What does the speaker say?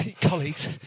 colleagues